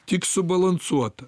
tik subalansuota